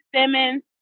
Simmons